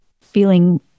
feeling